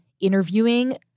interviewing